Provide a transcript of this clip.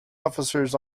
officers